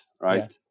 right